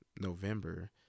November